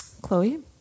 Chloe